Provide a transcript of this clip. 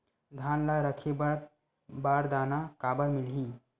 धान ल रखे बर बारदाना काबर मिलही?